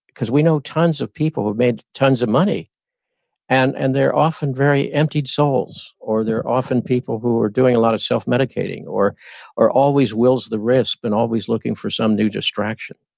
cause we know tons of people who made tons of money and and they're often very emptied souls or they're often people who are doing a lot of self-medicating or or always wills the risk and always looking for some new distraction.